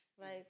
right